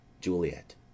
JULIET